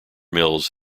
mills